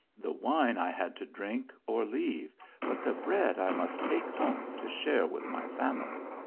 the wine i had to drink, or leave but the bread i must take home to share with my family.